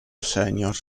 senior